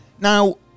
Now